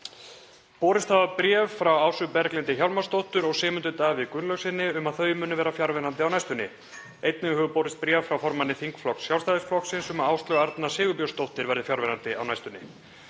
Borist hafa bréf frá Ásu Berglindi Hjálmarsdóttur og Sigmundi Davíð Gunnlaugssyni um að þau verði fjarverandi á næstunni. Einnig hefur borist bréf frá formanni þingflokks Sjálfstæðisflokksins um að Áslaug Arna Sigurbjörnsdóttir verði fjarverandi á næstunni.